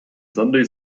sunday